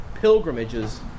pilgrimages